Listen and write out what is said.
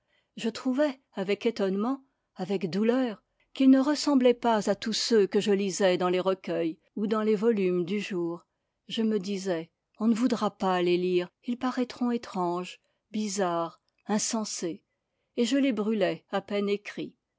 je trouvais avec étonnement avec douleur qu'ils ne ressemblaient pas à tous ceux que je lisais dans les recueils ou dans les volumes du jour je me disais on ne voudra pas les lire ils paraîtront étranges bizarres insensés et je les brûlais à peine écrits